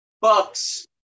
bucks